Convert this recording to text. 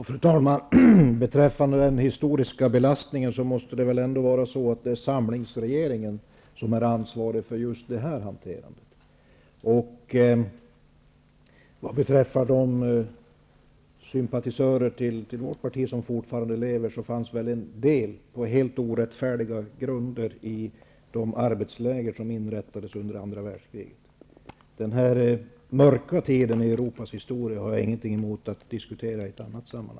Fru talman! Beträffande den historiska belastningen måste det väl ändå vara samlingsregeringen som har ansvaret för just denna hantering. Vad beträffar sympatisörer till vårt parti, de som nu fortfarande lever, befann sig en del vid denna tid på helt orättfärdiga grunder i de arbetsläger som inrättades under andra världskriget. Denna mörka tid i Europas historia har jag ingenting emot att diskutera i ett annat sammanhang.